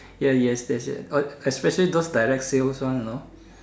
yes yes yes yes oh especially those direct sales one you know